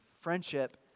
Friendship